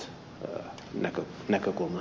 ymmärrän ed